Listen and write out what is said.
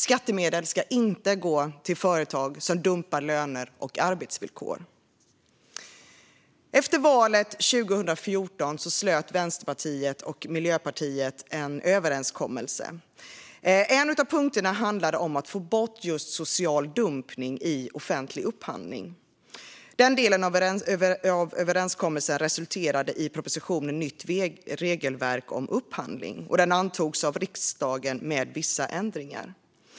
Skattemedel ska inte gå till företag som dumpar löner och arbetsvillkor. Efter valet 2014 slöt Vänsterpartiet och Miljöpartiet en överenskommelse. En av punkterna handlade om att få bort social dumpning i offentlig upphandling. Den delen av överenskommelsen resulterade i propositionen Nytt regelverk om upphandling . Den antogs av riksdagen med vissa ändringar.